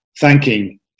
thanking